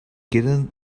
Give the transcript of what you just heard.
queden